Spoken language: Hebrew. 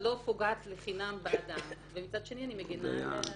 לא פוגעת לחינם באדם ומצד שני אני מגנה על האוכלוסייה.